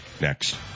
next